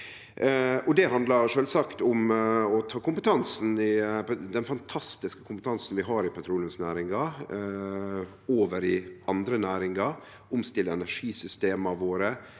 Det handlar sjølvsagt om å ta den fantastiske kompetansen vi har i petroleumsnæringa, over i andre næringar, omstille energisystema våre,